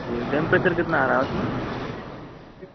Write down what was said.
जी temperature कितना आ रहा है उसमें